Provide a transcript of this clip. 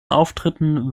auftritten